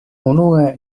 unue